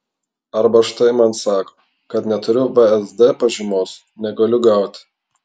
arba štai man sako kad neturiu vsd pažymos negaliu gauti